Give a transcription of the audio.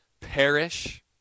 perish